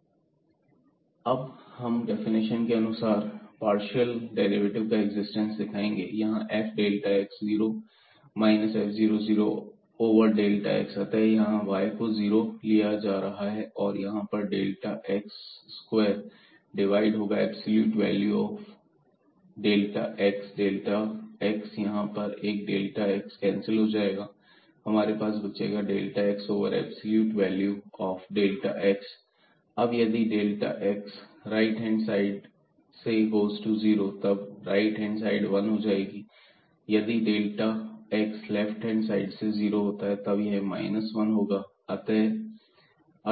δ2fxy f00ϵ whenever 0x2y2δ अब हम definition के अनुसार पार्शियल डेरिवेटिव का एक्जिस्टेंस दिखाएंगे यहां f delta x 0 minus f00 over delta x अतः यहां पर y को जीरो लिया जा रहा है तो यहां पर डेल्टा x स्क्वायर डिवाइड होगा absolute value of delta x delta x यहां पर एक डेल्टा x कैंसिल हो जाएगा और हमारे पास बचेगा delta x over absolute value of delta x अब यदि delta x right hand side से गोज़ टू जीरो तब राइट हैंड साइड वन होगी और यदि delta x left hand side से जीरो होता है तब यह 1 होगा